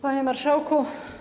Panie Marszałku!